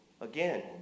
again